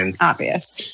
obvious